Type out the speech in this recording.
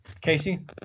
Casey